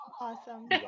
Awesome